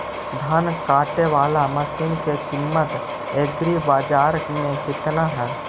धान काटे बाला मशिन के किमत एग्रीबाजार मे कितना है?